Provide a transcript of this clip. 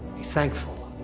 be thankful.